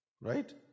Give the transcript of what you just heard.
right